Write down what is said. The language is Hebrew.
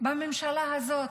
בממשלה הזאת,